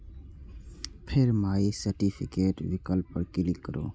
फेर my certificate विकल्प पर क्लिक करू